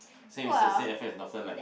same it's the same effect as Northern-Light